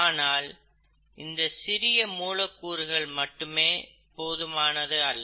ஆனால் இந்த சிறிய மூலக்கூறுகள் மட்டுமே போதுமானது அல்ல